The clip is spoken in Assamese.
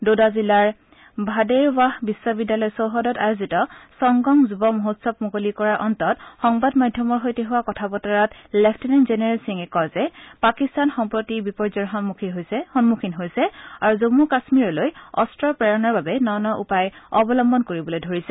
ডোডা জিলাৰ ভাদেৰৱাহ বিশ্ববিদ্যালয় চৌহদত আয়োজিত সংগম যুৱ মহোৎসৱ মুকলি কৰাৰ অন্তত সংবাদ মাধ্যমৰ সৈতে হোৱা কথা বতৰাত লেফটেনেণ্ট জেনেৰেল সিঙে কয় যে পাকিস্তান সম্প্ৰতি বিপৰ্যয়ৰ সন্মখীন হৈছে আৰু জন্মু কাশ্মীৰলৈ অস্ত্ৰ প্ৰেৰণৰ বাবে ন ন উপায় অৱলহ্বন কৰিবলৈ ধৰিছে